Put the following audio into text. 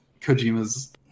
Kojima's